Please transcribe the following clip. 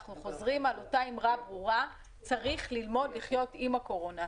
אנחנו חוזרים על אותה אמרה ברורה: צריך ללמוד לחיות עם הקורונה.